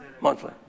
monthly